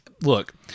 look